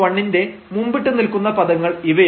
1 ന്റെ മുമ്പിട്ടു നിൽക്കുന്ന പദങ്ങൾ ഇവയാണ്